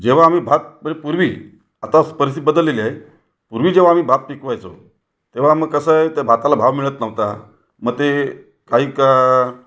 जेव्हा आम्ही भात म्हणजे पूर्वी आता स् परिस्थिती बदललेली आहे पूर्वी जेव्हा आम्ही भात पिकवायचो तेव्हा मग कसं आहे त्या भाताला भाव मिळत नव्हता मग ते काहीका